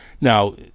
Now